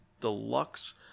deluxe